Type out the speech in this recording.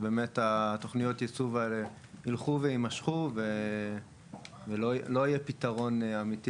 באמת תוכניות הייצוב האלה יימשכו ולא יהיה פתרון אמיתי